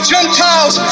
Gentiles